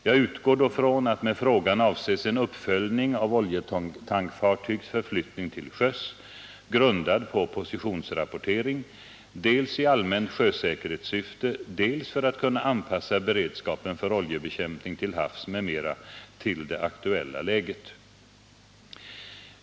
Jag utgår då från att med frågan avses en uppföljning av oljetankfartygs förflyttning till sjöss, grundad på positionsrapportering, dels i allmänt sjösäkerhetssyfte, dels för att kunna anpassa beredskapen för oljebekämpning till havs m.m. till det aktuella läget.